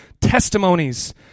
testimonies